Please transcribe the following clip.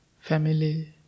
family